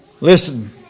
Listen